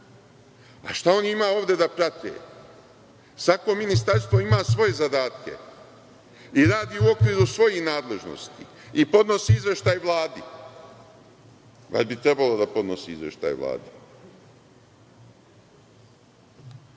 A šta oni imaju ovde da prate? Svako ministarstvo ima svoje zadatke, radi u okviru svojih nadležnosti i podnosi izveštaj Vladi. Bar bi trebalo da podnosi izveštaj Vladi. Pomoć